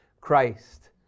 Christ